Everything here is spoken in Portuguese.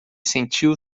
sentiu